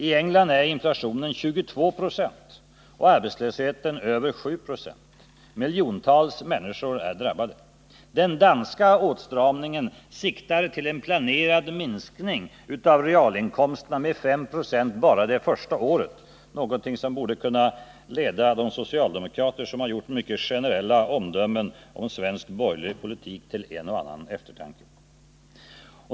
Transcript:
I England är inflationen 22 20 och arbetslösheten över 7 70. Miljontals människor är drabbade. Den danska åtstramningen siktar till en planerad minskning av realinkomsterna med 5 96 bara under det första året — något som borde kunna leda de socialdemokrater som avgivit mycket generella omdömen om svensk borgerlig politik till en och annan eftertanke.